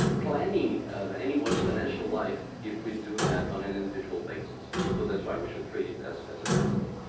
planning anyone's financial life if we do that on an individual basis so that's why we should treat it as as a family.